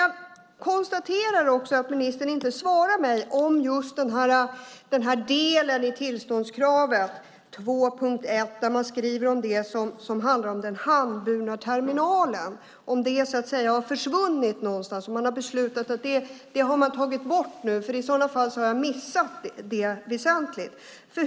Jag konstaterar att ministern inte svarar mig om den här delen, 2.1, i tillståndskravet där man skriver om det som handlar om den handburna terminalen. Om det har försvunnit och man har beslutat att ta bort det har jag i sådana fall missat det.